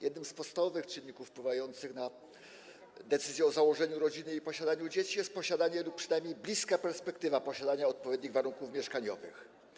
Jednym z podstawowych czynników wpływających na decyzję o założeniu rodziny i posiadaniu dzieci jest posiadanie lub przynajmniej bliska perspektywa posiadania odpowiednich warunków mieszkaniowych.